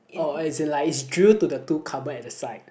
oh as in like it's drilled to the two cupboard at the side